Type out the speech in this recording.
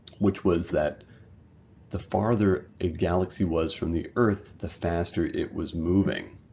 which was that the farther a galaxy was from the earth, the faster it was moving.